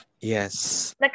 Yes